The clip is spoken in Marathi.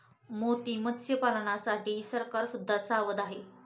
मोती मत्स्यपालनासाठी सरकार सुद्धा सावध आहे